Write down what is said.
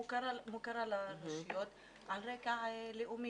מוכרת לרשויות על רקע לאומי.